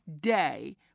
day